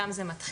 שם זה מתחיל.